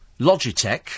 Logitech